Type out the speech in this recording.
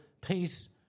peace